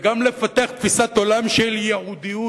וגם לפתח תפיסת עולם של ייעודיות,